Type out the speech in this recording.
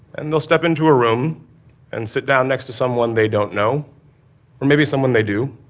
and they'll step into a room and sit down next to someone they don't know or maybe someone they do,